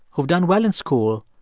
who've done well in school,